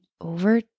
over